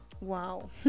wow